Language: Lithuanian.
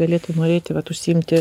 galėtų nueiti vat užsiimti